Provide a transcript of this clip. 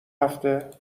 هفته